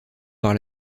par